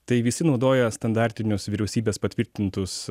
tai visi naudoja standartinius vyriausybės patvirtintus